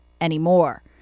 anymore